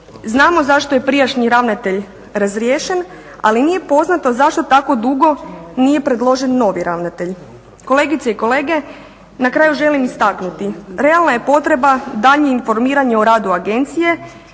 Znamo zašto je prijašnji ravnatelj razriješen, ali nije poznato zašto tako dugo nije predložen novi ravnatelj. Kolegice i kolege na kraju želim istaknuti, realna je potreba daljnjeg informiranja o radu agencije